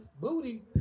booty